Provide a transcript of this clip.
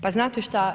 Pa znate šta?